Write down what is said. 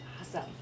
Awesome